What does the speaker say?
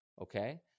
okay